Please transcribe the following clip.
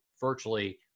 virtually